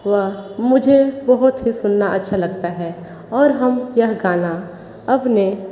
वह मुझे बहुत ही सुनना अच्छा लगता है और हम यह गाना अपने